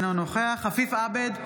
אינו נוכח עפיף עבד,